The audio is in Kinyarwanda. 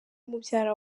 mubyara